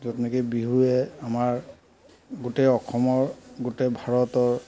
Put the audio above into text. য'ত নেকি বিহুৱে আমাৰ গোটেই অসমৰ গোটেই ভাৰতৰ